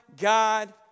God